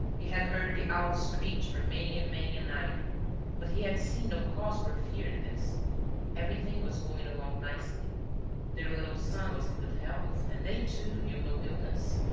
he had heard the owl's screech for many and many a night but he had seen no cause for fear in this everything was going along nicely their little son was in good health and they, too, knew no illness.